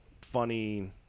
funny